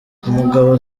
umugabo